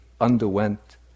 underwent